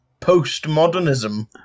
Postmodernism